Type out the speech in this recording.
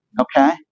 Okay